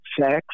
sex